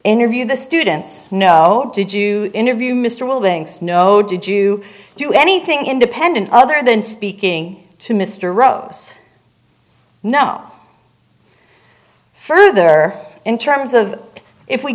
interview the students no did you interview mr will bring snow did you do anything independent other than speaking to mr rose no further in terms of if we